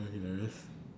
damn hilarious